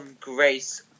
Grace